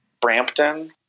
Brampton